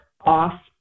off